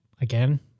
Again